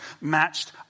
matched